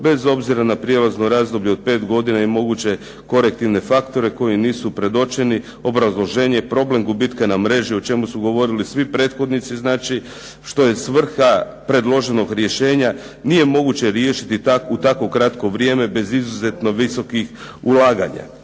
bez obzira na prijelazno razdoblje od 5 godina i moguće korektivne faktore koji nisu predočeni." Obrazloženje je problem gubitka na mreži o čemu su govorili svi prethodnici što je svrha predloženog rješenja. Nije moguće riješiti u tako kratko vrijeme bez izuzetno visokih ulaganja